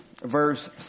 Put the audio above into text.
Verse